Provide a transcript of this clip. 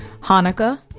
Hanukkah